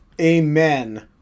Amen